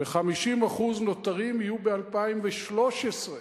ו-50% הנותרים יהיו ב-2013,